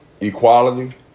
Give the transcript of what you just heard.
equality